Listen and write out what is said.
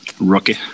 Rookie